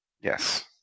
Yes